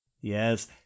yes